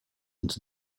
into